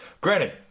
Granted